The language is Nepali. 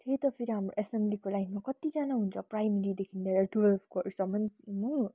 त्यही त फेरि हाम्रो एसेम्ब्लीको लाइनमा कतिजना हुन्छ प्राइमेरीदेखिन् लिएर टुवेल्भकोहरूसम्म हो